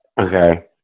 Okay